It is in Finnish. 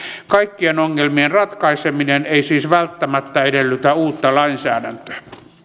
kaikkien ongelmien ratkaiseminen ei siis välttämättä edellytä uutta lainsäädäntöä